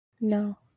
No